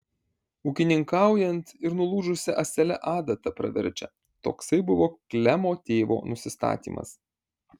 ūkininkaujant ir nulūžusia ąsele adata praverčia toksai buvo klemo tėvo nusistatymas